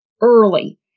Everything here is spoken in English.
early